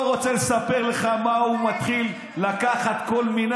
לא רוצה לספר לך איך הוא מתחיל לקחת כל מיני